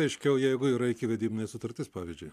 aiškiau jeigu yra ikivedybinė sutartis pavyzdžiui